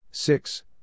Six